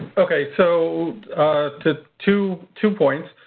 okay so to two two points.